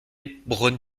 braun